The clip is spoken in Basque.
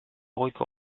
goiko